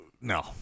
No